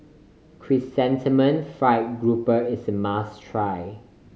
Chrysanthemum Fried Grouper is a must try